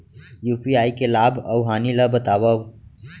UPI के लाभ अऊ हानि ला बतावव